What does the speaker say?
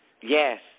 Yes